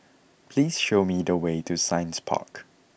please show me the way to Science Park